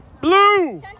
Blue